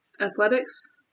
Athletics